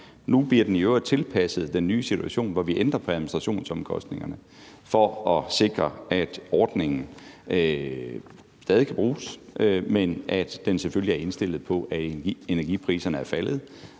nu bliver den i øvrigt tilpasset den nye situation, hvor vi ændrer på administrationsomkostningerne for at sikre, at ordningen stadig kan bruges, men hvor den selvfølgelig også er indstillet efter, at energipriserne er faldet,